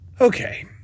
Okay